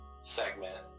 segment